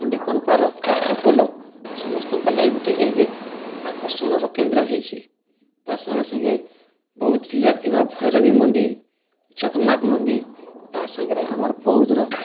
ଖଣ୍ଡି କନ୍ପାର କାଠପୋଲ ସମସ୍ତଙ୍କର୍ ଲାଗି ଗୋଟେ ଏହେଦେ ଆକର୍ଷଣର କେନ୍ଦ୍ର ହେଇଛେ ତାର୍ ସାଙ୍ଗେ ସାଙ୍ଗେ ବୌଦ୍ଧ୍ ଜିଲ୍ଲାରେ ଥିବା ଭୈରବୀ ମନ୍ଦିର୍ ଜଗନ୍ନାଥ୍ ମନ୍ଦିର୍ ତା ସାଙ୍ଗରେ ଆମର୍ ବୌଦ୍ଧ୍ର